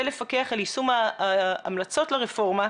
ולפקח על יישום ההמלצות לרפורמה,